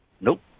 Nope